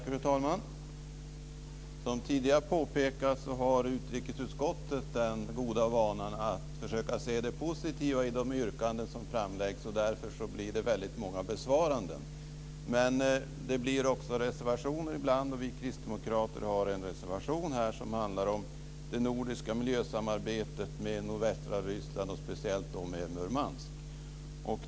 Fru talman! Som tidigare påpekats har utrikesutskottet den goda vanan att försöka se det positiva i de yrkanden som framläggs, och därför blir det väldigt många besvaranden. Men det blir också reservationer ibland. Vi kristdemokrater har här en reservation som handlar om det nordiska miljösamarbetet med nordvästra Ryssland och speciellt med Murmansk.